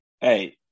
Hey